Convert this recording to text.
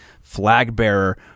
flag-bearer